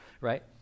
right